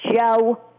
Joe